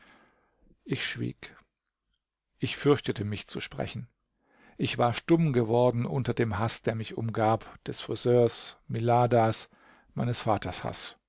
ich schwieg ich fürchtete mich zu sprechen ich war stumm geworden unter dem haß der mich umgab des friseurs miladas meines vaters haß